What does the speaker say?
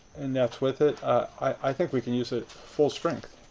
and that's with it. i think we can use it full strength.